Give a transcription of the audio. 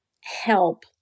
help